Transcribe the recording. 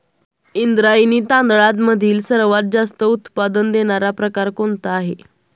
इंद्रायणी तांदळामधील सर्वात जास्त उत्पादन देणारा प्रकार कोणता आहे?